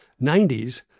90s